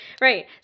Right